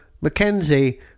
Mackenzie